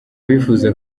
bifuza